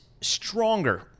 stronger